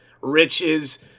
riches